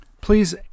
Please